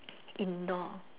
indoor